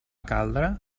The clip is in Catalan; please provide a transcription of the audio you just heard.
caldre